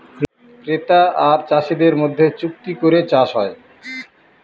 ক্রেতা আর চাষীদের মধ্যে চুক্তি করে চাষ হয়